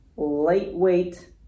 lightweight